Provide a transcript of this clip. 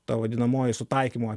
ta vadinamoji sutaikymo